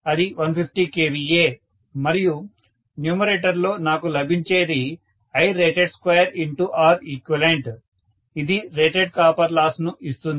అది 150 kVA మరియు న్యూమరేటర్లో నాకు లభించేది Irated2Req ఇది రేటెడ్ కాపర్ లాస్ ను ఇస్తుంది